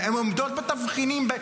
הן עומדות בתבחינים.